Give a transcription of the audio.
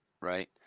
Right